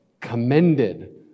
commended